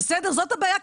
זאת הבעיה,